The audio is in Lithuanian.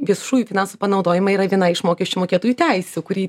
viešųjų finansų panaudojimą yra viena iš mokesčių mokėtojų teisių kurį